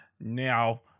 Now